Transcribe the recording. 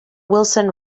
wilson